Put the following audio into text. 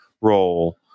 role